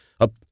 up